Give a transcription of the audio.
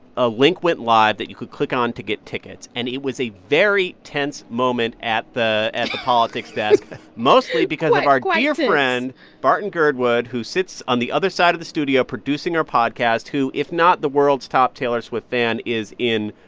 a link went live that you could click on to get tickets, and it was a very tense moment at the at the politics desk mostly because. our ah dear friend barton girdwood, who sits on the other side of the studio producing our podcast, who, if not the world's top taylor swift fan, is in,